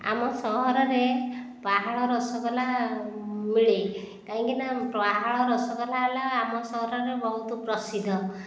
ଆମ ସହରରେ ପାହାଳ ରସଗୋଲା ମିଳେ କାହିଁକିନା ପାହାଳ ରସଗୋଲା ହେଲା ଆମ ସହରରେ ବହୁତ ପ୍ରସିଦ୍ଧ